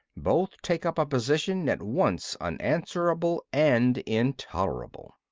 both take up a position at once unanswerable and intolerable.